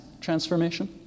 transformation